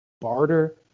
barter